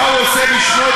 הוא פשע לא,